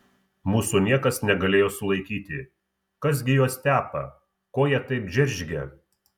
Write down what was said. mūsų niekas negalėjo sulaikyti kas gi juos tepa ko jie taip džeržgia